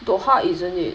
doha isn't it